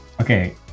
Okay